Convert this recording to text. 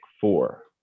four